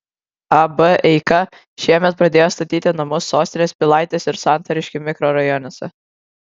ab eika šiemet pradėjo statyti namus sostinės pilaitės ir santariškių mikrorajonuose